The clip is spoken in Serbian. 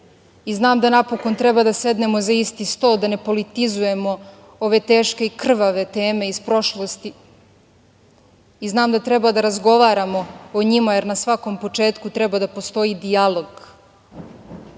i znam da napokon treba da sednemo za isti sto, da ne politizujemo ove teške i krvave teme iz prošlosti. Znam da treba da razgovaramo o njima, jer na svakom početku treba da postoji dijalog